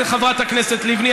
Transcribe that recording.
חברת הכנסת לבני,